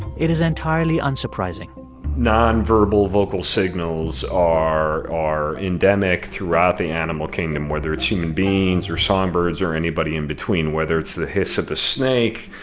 it is entirely unsurprising nonverbal vocal signals are are endemic throughout the animal kingdom, whether it's human beings or songbirds or anybody in between. whether it's the hiss of the snake,